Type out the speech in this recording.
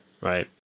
right